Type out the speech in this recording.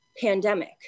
pandemic